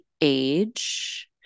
age